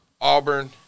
Auburn